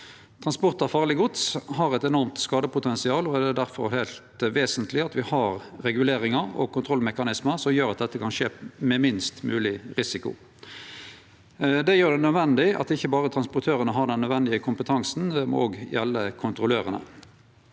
Transport av farleg gods har eit enormt skadepotensial, og det er difor heilt vesentleg at me har regulering og kontrollmekanismar som gjer at dette kan skje med minst mogleg risiko. Det gjer det nødvendig at ikkje berre transportørane har den nødvendige kompetansen – det må òg gjelde kontrollørane.